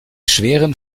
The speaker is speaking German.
schweren